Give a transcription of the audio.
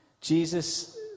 Jesus